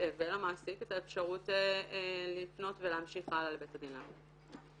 ולמעסיק את האפשרות לפנות ולהמשיך הלאה לבית הדין לעבודה.